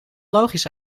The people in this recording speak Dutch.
logisch